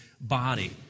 body